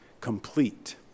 complete